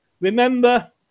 Remember